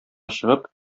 чыгып